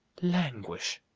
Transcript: languish!